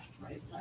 right